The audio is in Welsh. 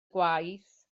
gwaith